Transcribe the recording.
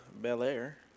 Belair